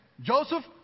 Joseph